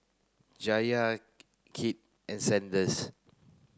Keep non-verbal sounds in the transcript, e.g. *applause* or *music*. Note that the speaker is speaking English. Jaliyah *noise* Kit and Sanders